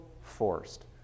forced